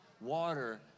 water